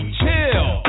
chill